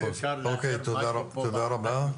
תודה רבה.